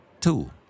Two